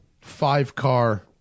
five-car